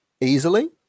easily